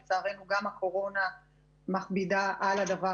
לצערנו, גם הקורונה מכבידה על זה.